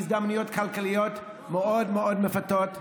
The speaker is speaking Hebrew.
על הזדמנויות כלכליות מאוד מאוד מפתות,